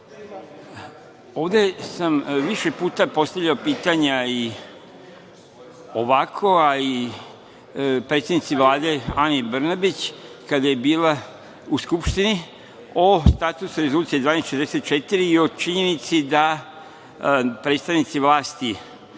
sam više puta postavljao pitanja i ovakva, predsednici Vlade Ani Brnabić, kada je bila u Skupštini, o statusu Rezolucije 1244 i o činjenici da predstavnici vlasti